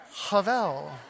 Havel